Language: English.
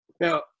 Now